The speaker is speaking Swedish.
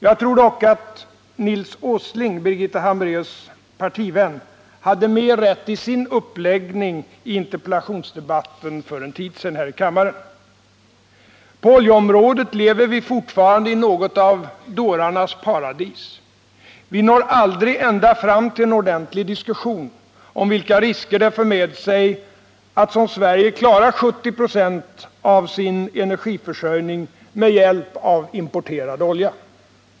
Jag tror dock att Nils Åsling, Birgitta Hambraeus partivän, hade mer rätt i sin uppläggning i interpellationsdebatten för en tid sedan här i kammaren. På oljeområdet lever vi fortfarande i något av dårarnas paradis. Vi når aldrig ända fram till en ordentlig diskussion om vilka risker det för med sig att som Sverige klara 70 96 av sin energiförsörjning med hjälp av importerad olja.